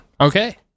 okay